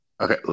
Okay